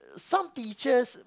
some teachers